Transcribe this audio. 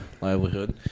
Livelihood